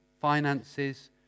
finances